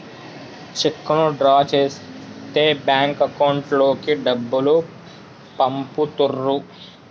చెక్కును డ్రా చేస్తే bank account లోకి డబ్బులు పంపుతుర్రు